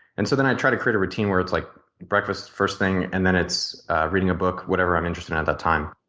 and so then i try to create a routine where it's like breakfast is first thing and then it's reading a book whatever i'm interested in at that time.